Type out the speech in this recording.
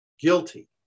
guilty